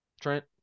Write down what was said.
Trent